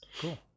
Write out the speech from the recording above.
Cool